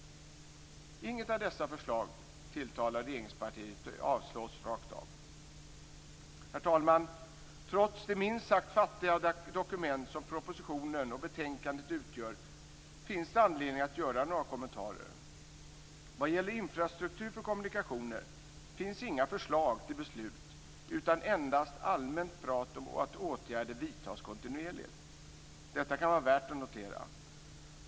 Inget av dessa förslag tilltalar regeringspartiet utan avstyrks rakt av. Herr talman! Trots de minst sagt fattiga dokument som propositionen och betänkandet utgör finns det anledning att göra några kommentarer. Vad gäller infrastruktur för kommunikationer finns inga förslag till beslut utan endast allmänt prat om att åtgärder vidtas kontinuerligt. Detta kan vara värt att notera.